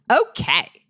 okay